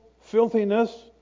filthiness